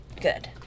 good